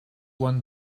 one